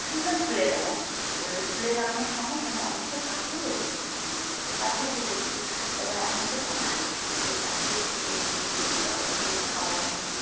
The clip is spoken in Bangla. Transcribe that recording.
সুন্দর ফুলের বাগান এবার ওই ফুলের বাগানের সঙ্গে সঙ্গে আমি কিছু পাখিও রেখেছি ওখানে পাখিও পুষেছি এবার আমি ওদের খুব ভালোবাসি এবার ওই পাখিদের খেতে দিই বিকেল হলে খাবার দিই